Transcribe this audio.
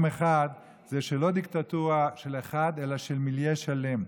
אחד זה שזו לא דיקטטורה של אחד אלא של מיליה שלם.